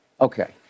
Okay